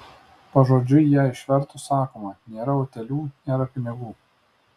pažodžiui ją išvertus sakoma nėra utėlių nėra pinigų